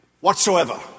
whatsoever